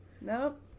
Nope